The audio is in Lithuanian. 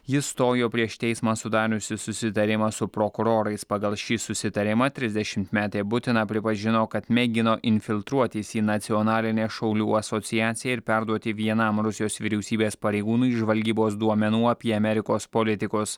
ji stojo prieš teismą sudariusi susitarimą su prokurorais pagal šį susitarimą trisdešimtmetė butina pripažino kad mėgino infiltruotis į nacionalinę šaulių asociaciją ir perduoti vienam rusijos vyriausybės pareigūnui žvalgybos duomenų apie amerikos politikus